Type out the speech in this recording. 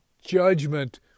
judgment